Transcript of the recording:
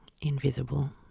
Invisible